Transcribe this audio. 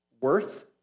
worth